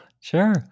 sure